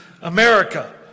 America